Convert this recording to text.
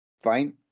fine